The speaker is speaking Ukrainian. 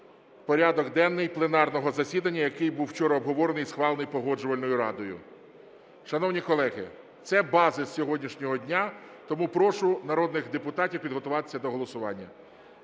порядок денний пленарного засідання, який був вчора обговорений і схвалений Погоджувальною радою. Шановні колеги, це базис сьогоднішнього дня. Тому прошу народних депутатів підготуватися до голосування.